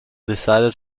decided